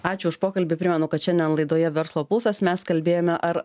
ačiū už pokalbį primenu kad šiandien laidoje verslo pulsas mes kalbėjome ar